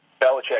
Belichick